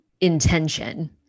intention